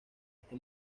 este